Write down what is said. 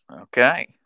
okay